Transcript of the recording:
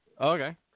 Okay